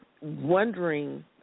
wondering